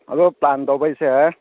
ꯑꯗꯣ ꯄ꯭ꯂꯥꯟ ꯇꯧꯕꯩꯁꯦ